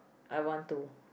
I want to